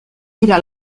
dira